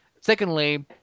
Secondly